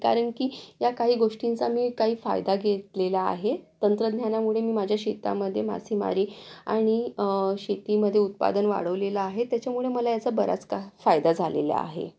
कारण की या काही गोष्टींचा मी काही फायदा घेतलेला आहे तंत्रज्ञानामुळे मी माझ्या शेतामध्ये मासेमारी आणि शेतीमध्ये उत्पादन वाढवलेलं आहे त्याच्यामुळे मला याचा बराच काही फायदा झालेला आहे